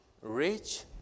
rich